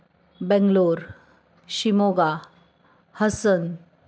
Bangalore Shimoga Hasan